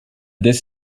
this